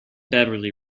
beverly